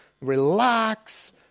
relax